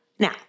Now